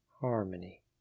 Harmony